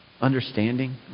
understanding